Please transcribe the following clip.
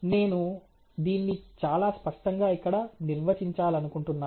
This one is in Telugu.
నేను దీన్ని చాలా స్పష్టంగా ఇక్కడ నిర్వచించాలనుకుంటున్నాను